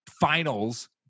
finals